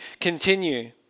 continue